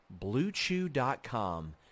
BlueChew.com